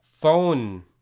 phone